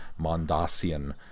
Mondasian